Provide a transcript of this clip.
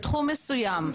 בתחום מסוים.